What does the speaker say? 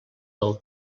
del